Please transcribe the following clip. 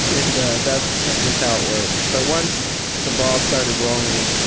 and that's just how it works. but once the ball started rolling,